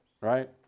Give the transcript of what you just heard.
right